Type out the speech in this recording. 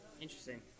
Interesting